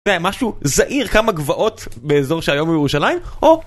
זה היה משהו זעיר כמה גבעות באזור שהיום הוא ירושלים, או...